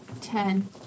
ten